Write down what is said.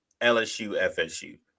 LSU-FSU